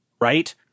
right